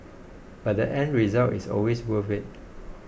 but the end result is always worth it